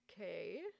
okay